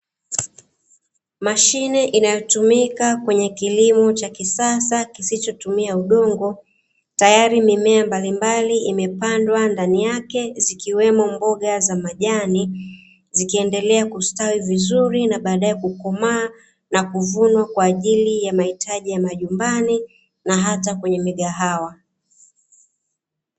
Mashine inayotumika kwenye kilimo cha kisasa kisichotumia udongo tayari mimea mbalimbali imepandwa ndani yake zikiwemo mboga za majani, zikiendelea kustawi vizuri na badae kukomaa na kuvunwa kwa ajili ya mahitaji ya majumbani na hata kwenye migahawa.